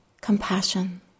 compassion